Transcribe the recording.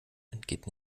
entgeht